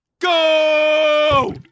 go